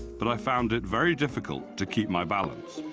but i found it very difficult to keep my balance.